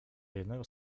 jednego